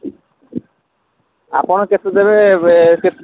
ଆପଣ କେତେ ଦେବେ